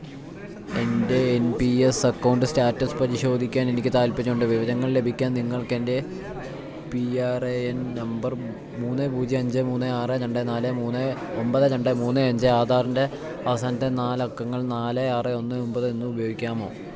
എൻ്റെ N P S account status പരിശോധിക്കാൻ എനിക്ക് താൽപ്പര്യമുണ്ട് വിവരങ്ങൾ ലഭിക്കാൻ നിങ്ങൾക്ക് എൻ്റെ P R A N number മൂന്ന് പൂജ്യം അഞ്ച് മൂന്ന് ആറ് രണ്ട് നാല് മൂന്ന് ഒമ്പത് രണ്ട് മൂന്ന് അഞ്ച് ആധാറിൻ്റെ അവസാനത്തെ നാലക്കങ്ങൾ നാല് ആറ് ഒന്ന് ഒമ്പത് എന്നിവ ഉപയോഗിക്കാമോ